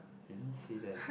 eh don't say that